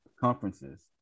conferences